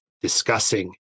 discussing